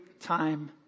time